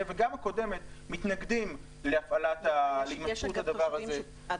וגם הקודמת מתנגדים להימצאות השדה שם.